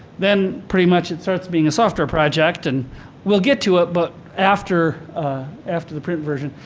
then, pretty much, it starts being a software project and we'll get to it, but after after the print version.